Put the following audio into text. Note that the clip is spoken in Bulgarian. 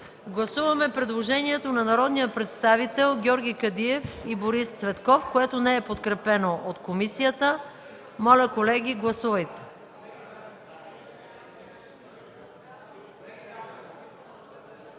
Гласуваме предложението от народните представители Георги Кадиев и Борис Цветков, което не е подкрепено от комисията. Гласували